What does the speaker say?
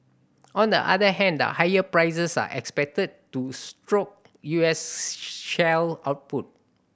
on the other hand the higher prices are expected to stoke U S shale output